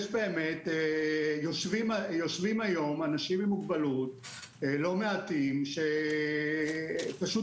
יושבים היום אנשים עם מוגבלות לא מעטים שפשוט